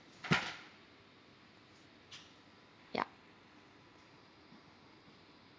ya